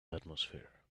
atmosphere